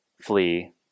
flee